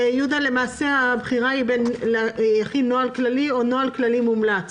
למעשה הבחירה היא בין להכין נוהל כללי או נוהל כללי מומלץ,